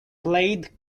played